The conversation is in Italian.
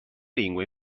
lingue